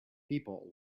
people